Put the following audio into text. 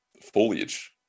foliage